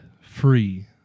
free